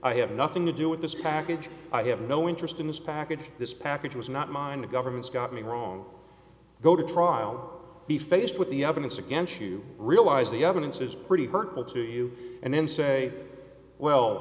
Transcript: i have nothing to do with this package i have no interest in this package this package was not mine the government's got me wrong go to trial be faced with the evidence against you realize the evidence is pretty hurtful to you and then say well